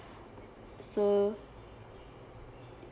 so